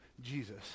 Jesus